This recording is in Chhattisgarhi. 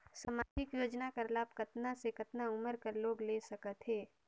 समाजिक योजना कर लाभ कतना से कतना उमर कर लोग ले सकथे?